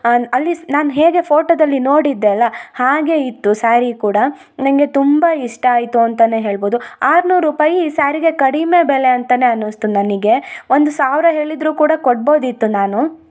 ಅಲ್ಲಿ ನಾನು ಹೇಗೆ ಫೋಟೋದಲ್ಲಿ ನೋಡಿದ್ದೆ ಅಲ್ಲ ಹಾಗೆ ಇತ್ತು ಸ್ಯಾರಿ ಕೂಡ ನಂಗೆ ತುಂಬ ಇಷ್ಟ ಆಯಿತು ಅಂತ ಹೇಳ್ಬೋದು ಆರ್ನೂರು ರುಪಾಯಿ ಈ ಸ್ಯಾರಿಗೆ ಕಡಿಮೆ ಬೆಲೆ ಅಂತ ಅನಿಸ್ತು ನನಗೆ ಒಂದು ಸಾವಿರ ಹೇಳಿದ್ರು ಕೂಡ ಕೊಡ್ಬೋದಿತ್ತು ನಾನು